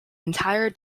entire